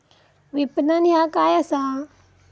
विपणन ह्या काय असा?